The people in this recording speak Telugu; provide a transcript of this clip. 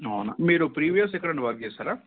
అవునా మీరు ప్రీవియస్ ఎక్కడ ఉన్న వర్క్ చేశారా